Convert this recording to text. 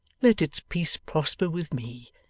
let its peace prosper with me,